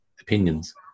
opinions